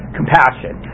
compassion